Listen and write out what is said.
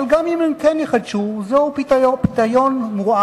אבל גם אם הם כן יחדשו, זהו פיתיון מורעל,